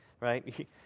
right